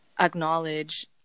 acknowledge